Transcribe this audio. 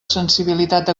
sensibilitat